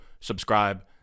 subscribe